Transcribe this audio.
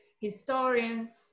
historians